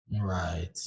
right